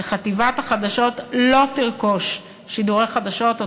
שחטיבת החדשות לא תרכוש שידורי חדשות או